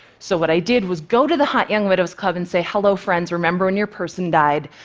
so what i did was go to the hot young widows club and say, hello, friends, remember when your person died?